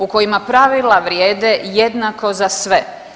U kojima pravila vrijedne jednako za sve.